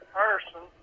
person